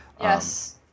Yes